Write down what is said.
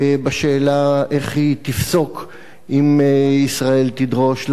בשאלה איך היא תפסוק אם ישראל תדרוש להעמיד